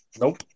Nope